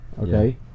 okay